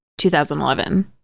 2011